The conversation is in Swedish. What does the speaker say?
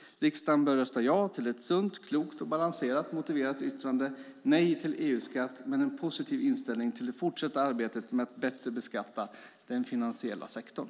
Riksdagen bör rösta ja till ett sunt, klokt och balanserat motiverat yttrande, med ett nej till EU-skatt men med en positiv inställning till det fortsatta arbetet med att bättre beskatta den finansiella sektorn.